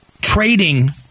trading